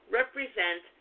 represent